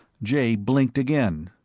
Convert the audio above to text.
jay blinked again.